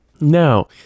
Now